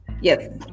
yes